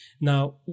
Now